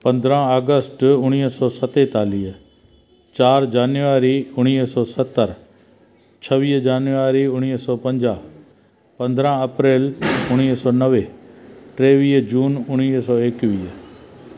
पंद्रहां अगश्ट उणिवीह सौ सतेतालीह चारि जनवरी उणिवीह सौ सतर छवीह जानवरी उणिवीह सौ पंजाह पंद्रहां अप्रैल उणिवीह सौ नवे टेवीह जून उणिवीह सौ एकवीह